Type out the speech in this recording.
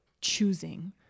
choosing